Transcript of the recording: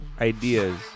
ideas